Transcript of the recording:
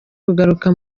kugaruka